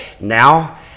Now